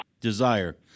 Desire